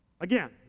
Again